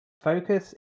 focus